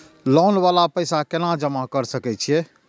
Loan वाला पैसा केना जमा कर सके छीये?